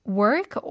work